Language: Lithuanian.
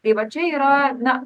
tai va čia yra na